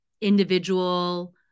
individual